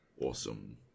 awesome